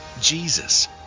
Jesus